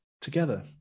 together